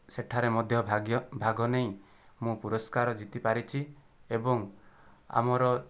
ସେଠାରେ ମଧ୍ୟ ଭାଗ୍ୟ ଭାଗ ନେଇ ମୁଁ ପୁରସ୍କାର ଜିତି ପାରିଛି ଏବଂ ଆମର